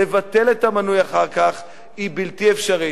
לבטל את המנוי אחר כך היא בלתי אפשרית.